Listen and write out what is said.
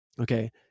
Okay